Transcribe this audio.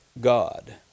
God